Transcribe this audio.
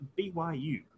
BYU